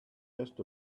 just